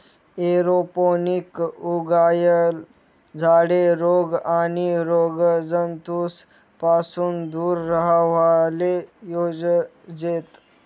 aeroponic उगायेल झाडे रोग आणि रोगजंतूस पासून दूर राव्हाले जोयजेत